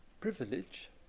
privilege